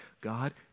God